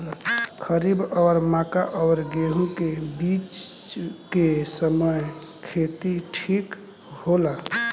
खरीफ और मक्का और गेंहू के बीच के समय खेती ठीक होला?